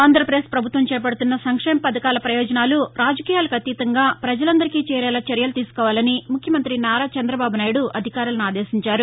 ఆంధ్రప్రదేశ్ ప్రభుత్వం చేపదుతున్న సంక్షేమ పధకాల ప్రయోజనాలు రాజకీయాలకు అతీతంగా ప్రజలందరికీ చేరేలా చర్యలు తీసుకోవాలని ముఖ్యమంత్రి నారా చంద్రబాబు నాయుడు అధికారులను ఆదేశించారు